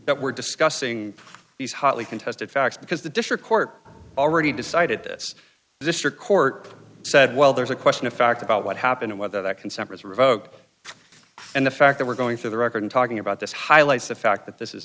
that we're discussing these hotly contested facts because the district court already decided this district court said well there's a question of fact about what happened whether that consent was revoked and the fact that we're going through the record talking about this highlights the fact that this is